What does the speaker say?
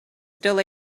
still